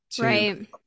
Right